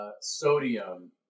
sodium